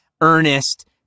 earnest